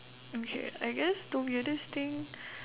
okay I guess the weirdest thing